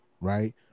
right